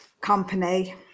Company